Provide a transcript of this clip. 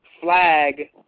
flag